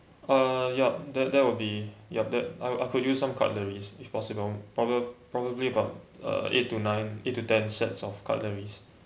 uh yup that that will be yup that I could I could use some cutleries if possible probab~ probably about uh eight to nine eight to ten sets of cutleries